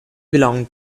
belonged